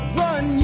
run